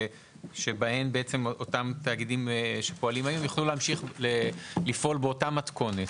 שבהן התאגידים שפועלים היום יוכלו להמשיך באותה מתכונת.